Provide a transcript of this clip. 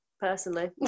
personally